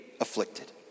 afflicted